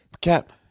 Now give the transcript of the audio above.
Cap